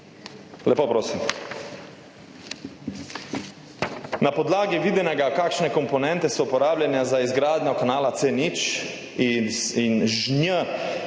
Lepo prosim. Na podlagi videnega, kakšne komponente so uporabljene za izgradnjo kanala C0 iz žnj